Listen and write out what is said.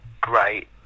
great